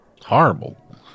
horrible